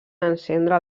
encendre